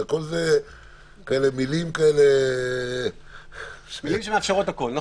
כתוב במילים כאלה --- מילים שמאפשרות הכול.